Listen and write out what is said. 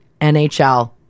NHL